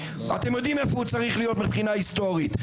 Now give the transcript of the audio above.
אתם יודעים איפה הוא צריך להיות מבחינה היסטורית,